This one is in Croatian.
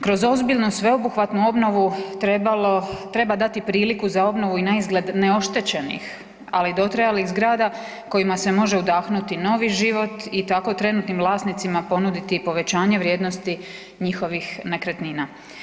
Kroz ozbiljno sveobuhvatnu obnovu trebalo, treba dati priliku za obnovi i na izgled neoštećenih, ali dotrajalih zgrada kojima se može udahnuti novi život i tako trenutnim vlasnicima ponuditi i povećanje vrijednosti njihovih nekretnina.